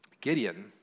Gideon